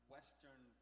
Western